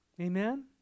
Amen